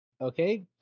okay